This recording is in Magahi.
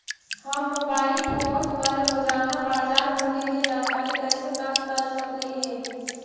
हम मोबाईल फोन पर रोजाना बाजार मूल्य के जानकारी कैसे प्राप्त कर सकली हे?